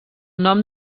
nom